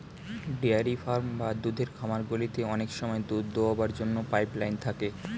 dairy farm বা দুধের খামারগুলিতে অনেক সময় দুধ দোয়াবার জন্য পাইপ লাইন থাকে